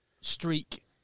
streak